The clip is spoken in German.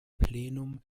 plenum